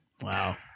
Wow